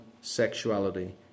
sexuality